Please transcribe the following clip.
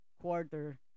quarter